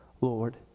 Lord